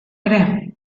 ere